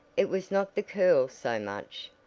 it was not the curls so much,